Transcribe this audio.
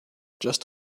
just